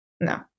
No